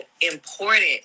important